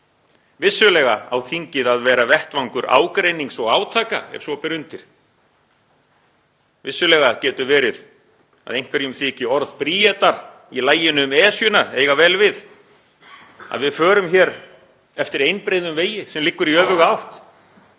Vissulega á þingið að vera vettvangur ágreinings og átaka ef svo ber undir. Vissulega getur verið að einhverjum þyki orð Bríetar í laginu um Esjuna eiga vel við, að við förum „eftir einbreiðum vegi sem liggur í öfuga átt“